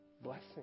blessing